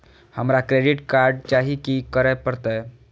हमरा credit card चाही की करे परतै?